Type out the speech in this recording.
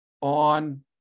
on